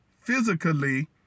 physically